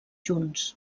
junts